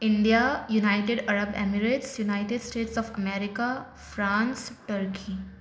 India United Arab Emirates united state of America France turkey